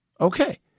okay